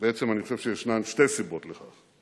בעצם אני חושב שישנן שתי סיבות לכך.